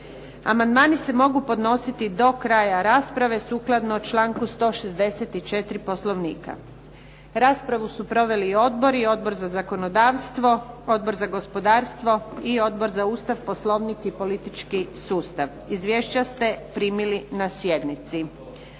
Amandmani se mogu podnositi do kraja rasprave sukladno članku 164. Poslovnika. Raspravu su proveli odbori: Odbor za zakonodavstvo, Odbor za gospodarstvo i Odbor za Ustav, Poslovnik i politički sustav. Izvješća ste primili na sjednici.